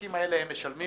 העסקים האלה משלמים